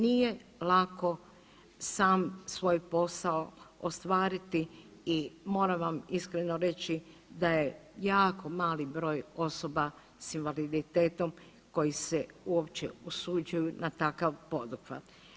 Nije lako sam svoj posao ostvariti i moram vam iskreno reći da je jako mali broj osoba sa invaliditetom koji se uopće usuđuju na takav poduhvat.